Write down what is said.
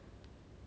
forget already